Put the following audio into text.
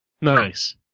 Nice